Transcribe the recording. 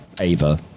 ava